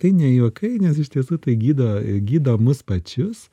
tai ne juokai nes iš tiesų tai gydo e gydo mus pačius